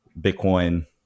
Bitcoin